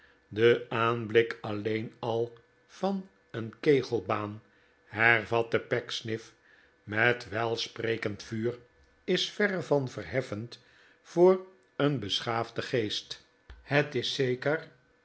de aanblik alleen al van een kegelbaan hervatte pecksniff met welsprekend vuuir is verre van verheffend voor een beschaafden geest het is zeker